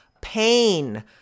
pain